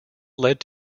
led